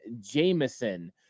Jameson